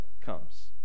comes